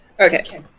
Okay